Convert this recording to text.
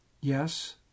Yes